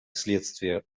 следствие